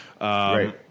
Right